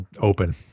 open